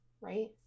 right